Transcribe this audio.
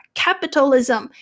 capitalism